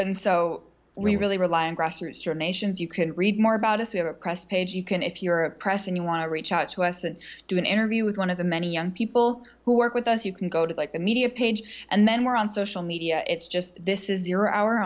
and so we really rely on grassroots or nations you can read more about us who are oppressed page you can if you're a press and you want to reach out to us and do an interview with one of the many young people who work with us you can go to the media page and then we're on social media it's just this is your hour